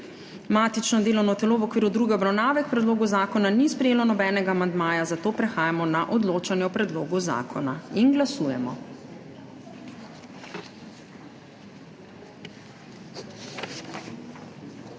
Matično delovno telo v okviru druge obravnave k predlogu zakona ni sprejelo nobenega amandmaja, zato prehajamo na odločanje o predlogu zakona. Glasujemo.